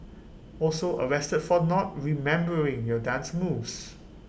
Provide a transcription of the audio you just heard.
also arrested for not remembering your dance moves